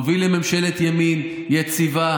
נוביל לממשלת ימין יציבה,